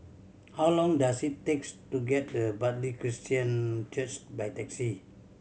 how long does it takes to get to Bartley Christian Church by taxi